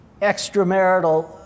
extramarital